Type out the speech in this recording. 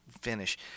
finish